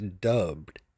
dubbed